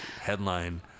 headline